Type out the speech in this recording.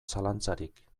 zalantzarik